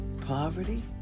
Poverty